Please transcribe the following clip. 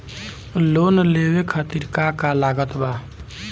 Loan लेवे खातिर का का लागत ब?